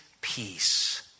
peace